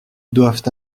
doivent